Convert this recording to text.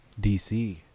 DC